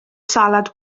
salad